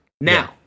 Now